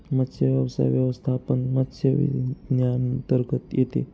मत्स्यव्यवसाय व्यवस्थापन मत्स्य विज्ञानांतर्गत येते